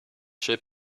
should